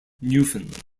newfoundland